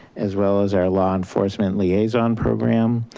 as well as our law enforcement liaison program.